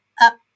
up